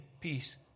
peace